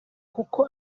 kuko